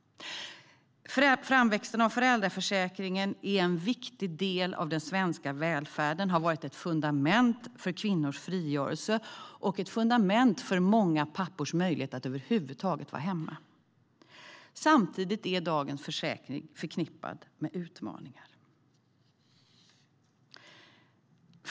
Framväxten av föräldraförsäkringen är en viktig del av den svenska välfärden. Den har varit ett fundament för kvinnors frigörelse och ett fundament för många pappors möjlighet att över huvud taget vara hemma. Samtidigt är dagens försäkring förknippad med utmaningar.